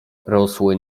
rosły